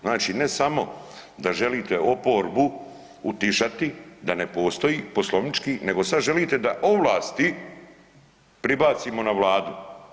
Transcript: Znači ne samo da želite oporbu utišati da ne postoji poslovnički, nego sada želite da ovlasti prebacimo na Vladu.